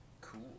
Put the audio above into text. Cool